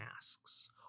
asks